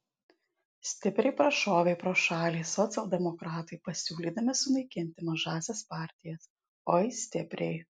stipriai prašovė pro šalį socialdemokratai pasiūlydami sunaikinti mažąsias partijas oi stipriai